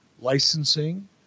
licensing